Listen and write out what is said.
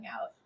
out